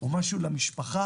או משהו למשפחה,